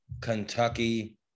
Kentucky